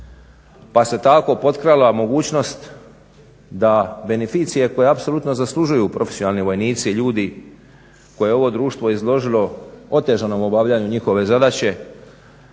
pa se tako potkrala mogućnost da beneficije koje apsolutno zaslužuju profesionalni vojnici i ljudi koje je ovo društvo izložilo otežanom obavljanju njihove zadaće,